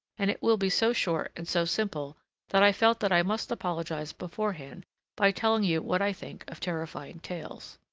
and it will be so short and so simple that i felt that i must apologize beforehand by telling you what i think of terrifying tales.